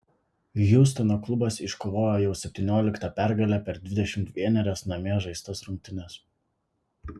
hjustono klubas iškovojo jau septynioliktą pergalę per dvidešimt vienerias namie žaistas rungtynes